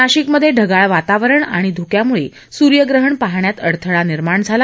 नाशिकमध्ये ढगाळ वातावरण आणि ध्रक्यामुळे सूर्यग्रहण पाहण्यात अडथळा निर्माण झाला